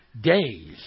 days